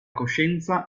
coscienza